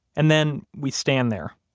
and then we stand there,